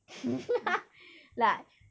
like